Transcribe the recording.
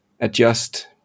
adjust